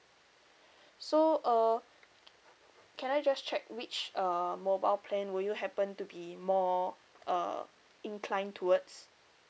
so uh can I just check which uh mobile plan will you happen to be more uh inclined towards